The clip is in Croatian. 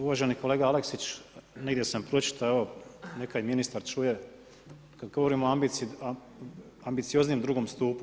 Uvaženi kolega Aleksić, negdje sam pročitao evo, neka i ministar čuje kad govorim o ambicioznijem drugom stupu.